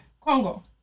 Congo